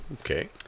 Okay